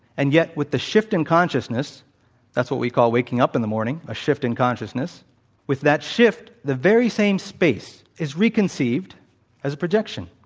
and yet, with the shift in consciousness that's what we call waking up in the morning, a shift in consciousness with that shift, the very same space is re-conceived as a projection.